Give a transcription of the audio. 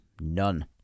None